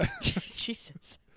Jesus